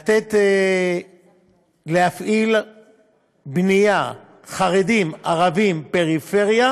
להפעיל בנייה לחרדים-ערבים-פריפריה,